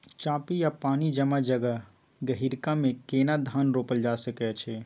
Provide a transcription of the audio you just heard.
चापि या पानी जमा जगह, गहिरका मे केना धान रोपल जा सकै अछि?